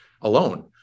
alone